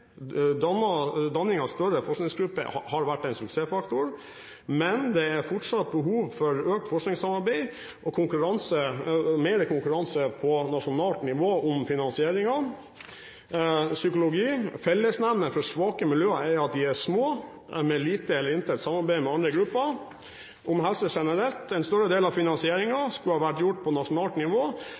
Danning av større forskningsgrupper har vært en suksessfaktor, men det er fortsatt behov for økt forskningssamarbeid og mer konkurranse for finansiering på nasjonalt nivå. Når det gjelder psykologi: Fellesnevner for svake miljøer er at de er små, med lite eller intet samarbeid med andre grupper. Når det gjelder helse generelt: En større del av finansieringen skulle ha vært gjort på nasjonalt nivå,